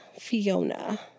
Fiona